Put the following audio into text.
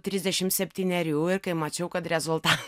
trisdešim septynerių ir kai mačiau kad rezulta